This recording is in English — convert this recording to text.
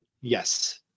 Yes